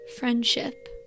Friendship